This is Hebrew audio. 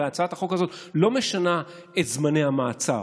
הרי הצעת החוק הזאת לא משנה את זמני המעצר,